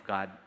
God